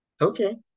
okay